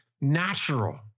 natural